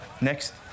Next